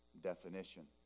definition